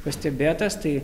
pastebėtas tai